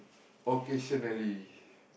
occasionally